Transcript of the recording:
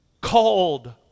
Called